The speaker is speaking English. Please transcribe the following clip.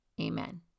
Amen